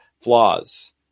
flaws